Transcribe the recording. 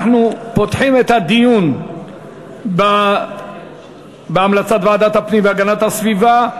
אנחנו פותחים את הדיון בהמלצת ועדת הפנים והגנת הסביבה.